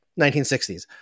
1960s